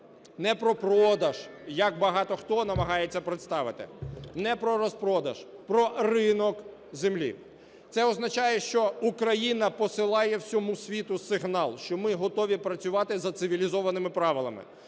Не про продаж, як багато хто намагається представити. Не про розпродаж - про ринок землі. Це означає, що Україна посилає всьому світу сигнал, що ми готові працювати за цивілізованими правилами,